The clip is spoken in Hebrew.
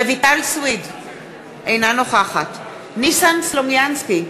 אינה נוכחת ניסן סלומינסקי,